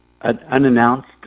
unannounced